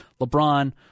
LeBron